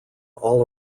all